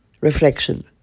reflection